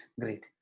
great